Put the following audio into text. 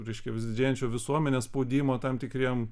reiškia vis didėjančio visuomenės spaudimo tam tikriem